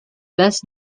best